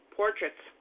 portraits